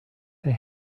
they